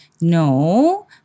No